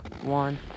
one